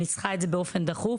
אני צריכה את זה באופן דחוף,